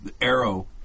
arrow